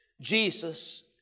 Jesus